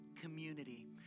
community